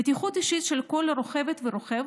בטיחות אישית של כל רוכבת ורוכב